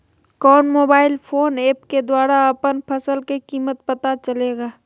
कौन mobile phone app के द्वारा अपन फसल के कीमत पता चलेगा?